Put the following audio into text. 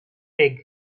egg